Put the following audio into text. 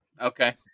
Okay